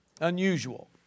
Unusual